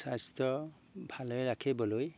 স্বাস্থ্য ভালে ৰাখিবলৈ